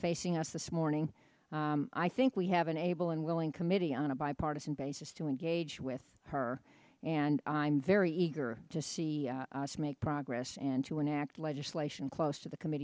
facing us this morning i think we have an able and willing committee on a bipartisan basis to engage with her and i'm very eager to see to make progress and to enact legislation close to the committee